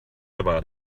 about